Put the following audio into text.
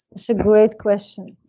so great question.